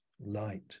light